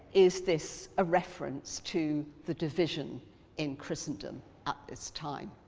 is this a reference to the division in christendom at this time?